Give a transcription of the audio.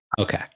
Okay